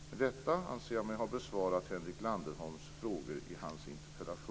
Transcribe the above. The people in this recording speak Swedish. Med detta anser jag mig ha besvarat frågorna i